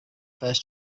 first